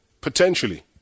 potentially